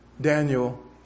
Daniel